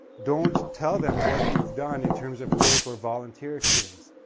don't tell them what you've done in terms of work or volunteer experience.